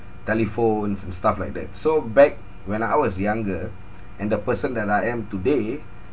telephones and stuff like that so back when I was younger and the person that I am today